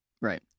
Right